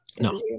No